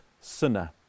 sinner